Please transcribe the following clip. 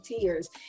tears